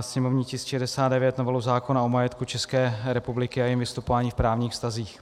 sněmovní tisk 69, novelu zákona o majetku České republiky a jejím vystupování v právních vztazích.